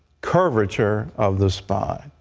curvature of the spine.